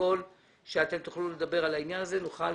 לפרוטוקול שאתם תוכלו לדבר על העניין הזה ונוכל,